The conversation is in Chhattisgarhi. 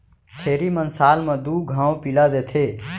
छेरी मन साल म दू घौं पिला देथे